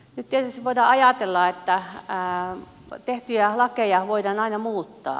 nyt tietysti voidaan ajatella että tehtyjä lakeja voidaan aina muuttaa